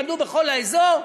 למדו בכל האזור.